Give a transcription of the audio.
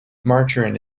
margarine